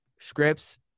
scripts